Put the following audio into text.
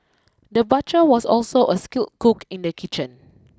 the butcher was also a skilled cook in the kitchen